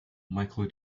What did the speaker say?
michael